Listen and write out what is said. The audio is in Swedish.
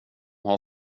har